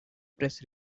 press